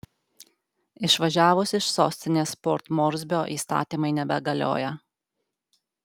išvažiavus iš sostinės port morsbio įstatymai nebegalioja